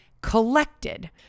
collected